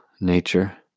nature